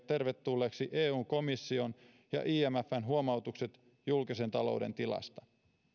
tervetulleeksi eun komission ja imfn huomautukset julkisen talouden tilasta